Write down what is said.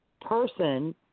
person